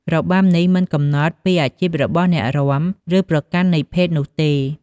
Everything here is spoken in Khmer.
របាំនេះមិនកំណត់ពីអាជីពរបស់អ្នករាំ ឬប្រកាន់នៃភេទនោះទេ។